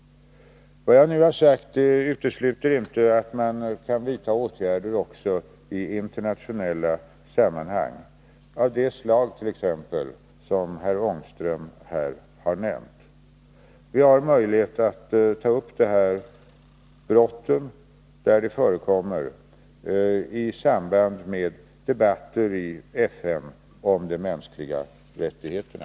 Vad jag nu sagt utesluter inte att man kan vidta åtgärder också i internationella sammanhang, t.ex. av det slag som herr Ångström här har nämnt. Vi har möjlighet att ta upp dessa brott i samband med debatter i FN om de mänskliga rättigheterna.